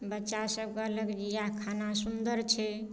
बच्चासभ कहलक इएह खाना सुन्दर छै